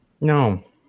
No